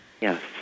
Yes